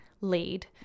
lead